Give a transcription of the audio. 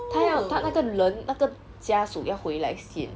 他要他那个人那个家素要回来先